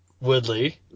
Woodley